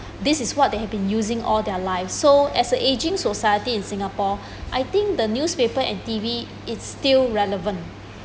this is what they have been using all their lives so as a aging society in singapore I think the newspaper and T_V is still relevant